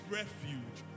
refuge